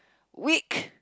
week